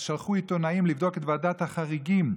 אז שלחו עיתונאים לבדוק את ועדת החריגים,